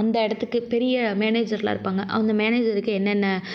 அந்த இடத்துக்கு பெரிய மேனேஜரெலாம் இருப்பாங்க அந்த மேனேஜர்க்கு என்னென்ன